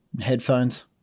Headphones